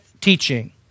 teaching